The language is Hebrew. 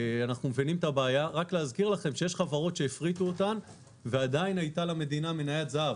יש חברות שהפריטו אותן ועדיין הייתה למדינה מניית זהב,